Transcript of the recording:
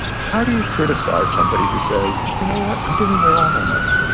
how do you criticize somebody who says, you know what? i'm giving away all my money.